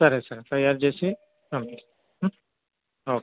సరే సార్ తాయారు చేసి పంపిస్తాము ఓకే